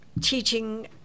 teaching